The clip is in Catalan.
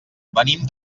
venim